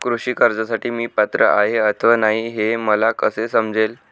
कृषी कर्जासाठी मी पात्र आहे अथवा नाही, हे मला कसे समजेल?